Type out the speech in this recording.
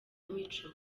mico